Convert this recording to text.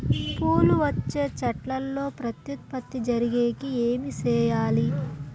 పూలు వచ్చే చెట్లల్లో ప్రత్యుత్పత్తి జరిగేకి ఏమి చేయాలి?